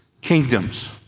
kingdoms